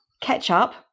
Ketchup